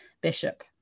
bishop